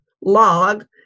log